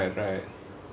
right right